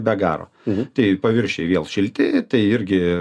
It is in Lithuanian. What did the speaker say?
be garo tai paviršiai vėl šilti tai irgi